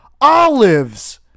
Olives